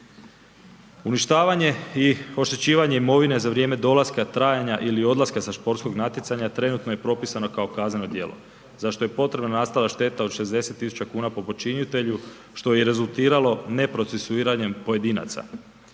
Uništavanje i oštećivanje imovine za vrijeme dolaska, trajanja ili odlaska sa sportskog natjecanja trenutno je propisano kao kazneno djelo za što je potrebna nastala šteta od 60.000 kuna po počinitelju što je i rezultiralo neprocesuiranjem pojedinaca.